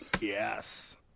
Yes